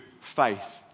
faith